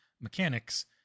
mechanics